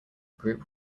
group